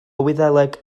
wyddeleg